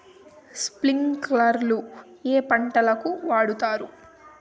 స్ప్రింక్లర్లు ఏ పంటలకు వాడుతారు?